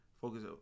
Focus